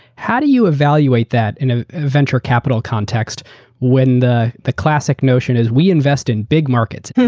how do you evaluate that in a venture capital context when the the classic notion is we invest in big markets?